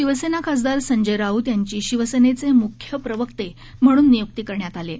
शिवसेना खासदार संजय राऊत यांची शिवसेनेचे मुख्य प्रवक्ते म्हणून नियुक्ती करण्यात आली आहे